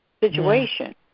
situation